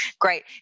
great